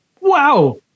Wow